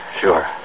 sure